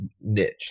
niche